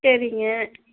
சரிங்க